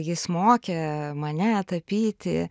jis mokė mane tapyti